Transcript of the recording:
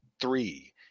three